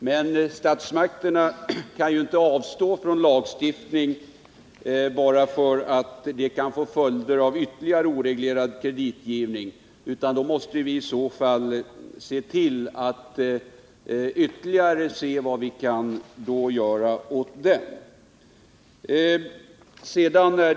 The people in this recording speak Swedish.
Men statsmakterna kan ju inte avstå från att lagstifta bara därför att det kan leda till en ytterligare oreglerad kreditgivning. Om så blir fallet måste vi se vad vi då kan göra ytterligare åt detta.